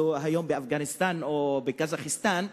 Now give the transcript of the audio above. היום זה באפגניסטן או בקזחסטן,